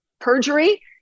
perjury